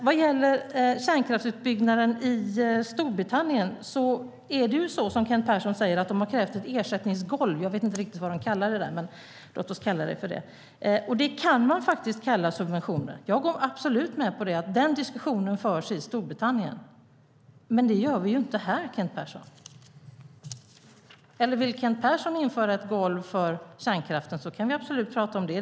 Vad gäller kärnkraftsutbyggnaden i Storbritannien är det så som Kent Persson säger, att de har krävt ett ersättningsgolv. Jag vet inte riktigt vad de kallar det där, men låt oss kalla det för det. Det kan man faktiskt kalla subventioner. Jag går absolut med på det. Den diskussionen för man i Storbritannien. Men det gör vi inte här, Kent Persson. Vill Kent Persson införa ett golv för kärnkraften kan vi absolut prata om det.